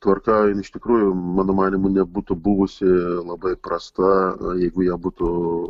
tvarka iš tikrųjų mano manymu nebūtų buvusi labai prasta jeigu jie būtų